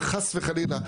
חס וחלילה,